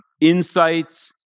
insights